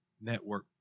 network